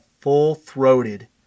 full-throated